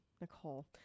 nicole